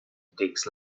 takes